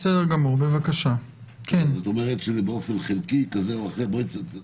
כלומר באופן חלקי כזה או אחר?